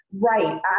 Right